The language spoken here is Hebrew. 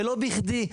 ולא בכדי.